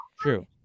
true